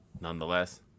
nonetheless